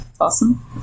Awesome